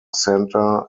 center